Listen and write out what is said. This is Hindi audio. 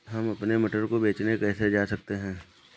हम अपने मटर को बेचने कैसे जा सकते हैं?